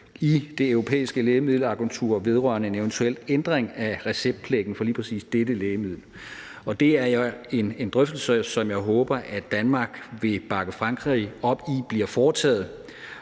i Det Europæiske Lægemiddelagentur vedrørende en eventuel ændring af receptpligten for lige præcis dette lægemiddel. Det er en drøftelse, som jeg håber at Danmark vil bakke Frankrig op i bliver foretaget.